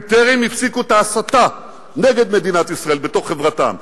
הם טרם הפסיקו את ההסתה נגד מדינת ישראל בתוך חברתם,